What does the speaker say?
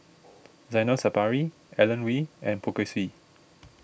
Zainal Sapari Alan Oei and Poh Kay Swee